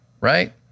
right